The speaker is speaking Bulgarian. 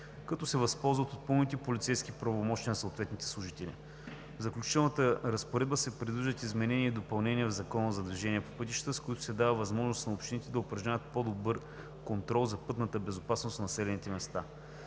като се възползват от пълните полицейски правомощия на съответните служители. В Заключителна разпоредба са предвидени изменения и допълнения в Закона за движението по пътищата, с които се дава възможност на общините да упражняват по-добър контрол за пътната безопасност в населените места.